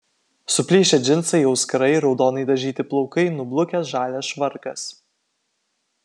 suplyšę džinsai auskarai raudonai dažyti plaukai nublukęs žalias švarkas